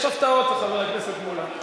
יש הפתעות, חבר הכנסת מולה.